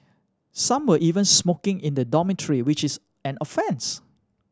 some were even smoking in the dormitory which is an offence